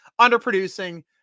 underproducing